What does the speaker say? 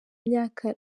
myaka